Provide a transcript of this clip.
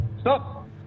Stop